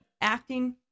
Acting